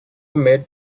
made